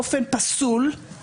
באופן פסול,